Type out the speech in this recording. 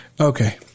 Okay